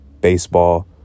baseball